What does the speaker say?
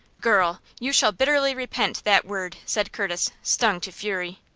girl, you shall bitterly repent that word! said curtis, stung to fury.